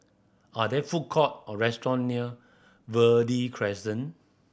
are there food court or restaurant near Verde Crescent